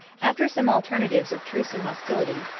after some alternatives of truce and hostility,